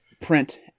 print